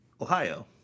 Ohio